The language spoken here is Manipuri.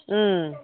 ꯎꯝ